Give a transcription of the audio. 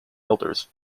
elders